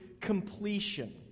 completion